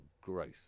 growth